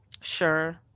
Sure